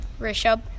Rishab